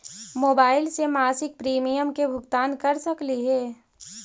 Mobile से मासिक premium के भुगतान कर सकली हे?